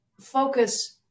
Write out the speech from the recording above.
focus